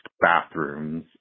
bathrooms